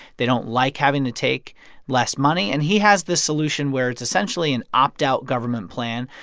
they don't like having to take less money. and he has this solution where it's essentially an opt-out government plan.